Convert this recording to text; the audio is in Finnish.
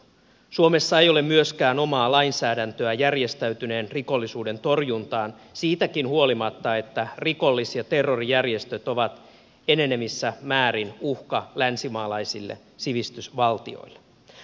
suomessa ei ole myöskään omaa lainsäädäntöä järjestäytyneen rikollisuuden torjuntaan siitäkään huolimatta että rikollis ja terroristijärjestöt ovat enenevissä määrin uhka länsimaalaisille sivistysvaltioille